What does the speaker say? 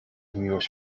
miłość